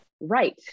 right